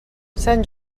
sant